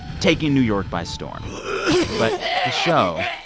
taking new york by storm but this show,